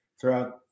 throughout